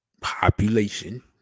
population